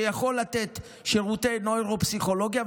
שיכול לתת שירותי נוירופסיכולוגיה,